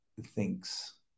thinks